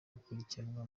gukurikiranwa